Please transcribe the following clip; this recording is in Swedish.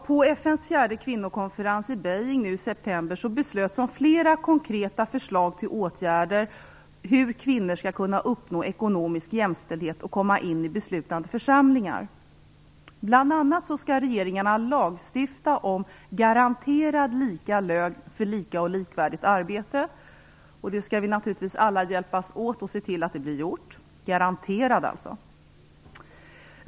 På FN:s fjärde kvinnokonferens i Beijing i september fattade man beslut om flera konkreta förslag till åtgärder om hur kvinnor skall kunna uppnå ekonomisk jämställdhet och komma in i beslutande församlingar. Bl.a. skall regeringarna lagstifta om garanterad lika lön för lika och likvärdigt arbete - garanterad alltså! Det skall vi naturligtvis alla hjälpa till med.